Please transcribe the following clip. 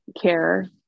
care